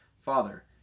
father